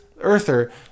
earther